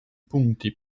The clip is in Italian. punti